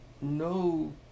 no